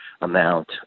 amount